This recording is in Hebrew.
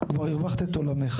כבר הרווחת את עולמך,